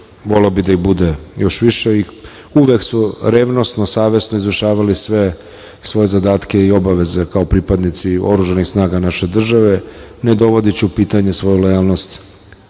voleo bih da ih bude još više, i uvek su revnosno, savesno izvršavali sve svoje zadatke i obaveze, kao pripadnici oružanih snaga naše države, ne dovodeći u pitanje svoju lojalnost,